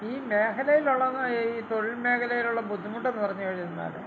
ഈ മേഖലയിലുള്ളതെന്നാൽ ഈ തൊഴിൽ മേഖലയിലുള്ള ബുദ്ധിമുട്ടെന്ന് പറഞ്ഞു കഴിഞ്ഞാ